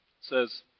says